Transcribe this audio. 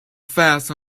fast